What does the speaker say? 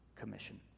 commission